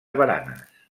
baranes